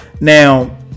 now